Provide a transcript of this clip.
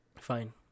fine